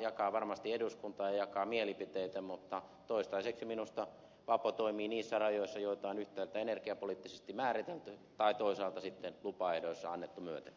jakaa varmasti eduskuntaa ja jakaa mielipiteitä mutta toistaiseksi minusta vapo toimii niissä rajoissa joita on yhtäältä energiapoliittisesti määritelty ja toisaalta sitten lupaehdoissa annettu myöten